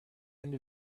end